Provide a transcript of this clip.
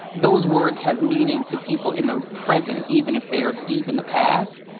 those words have meaning to people in the present, even if they are deep in the past.